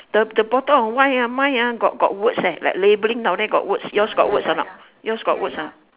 the the bottom of mine ah mine ah got got words eh like labeling down there got words yours got words or not yours got words ah